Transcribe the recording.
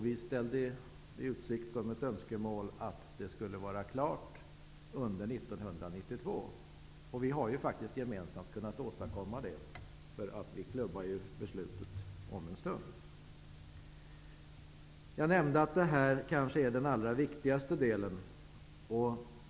Vi hade som önskemål att det skulle vara klart under 1992. Det har vi ju faktiskt gemensamt kunnat åstadkomma, eftersom vi kommer att klubba beslutet om en stund. Riskkapitalsatsningen är kanske den allra viktigaste i sammanhanget.